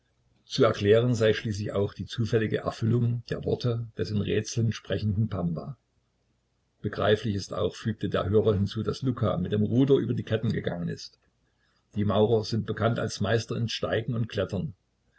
zu erklären sei schließlich auch die zufällige erfüllung der worte des in rätseln sprechenden pamwa begreiflich ist auch fügte der hörer hinzu daß luka mit dem ruder über die ketten gegangen ist die maurer sind bekannt als meister im steigen und klettern